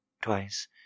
Twice